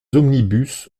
omnibus